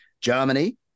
Germany